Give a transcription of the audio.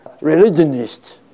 religionists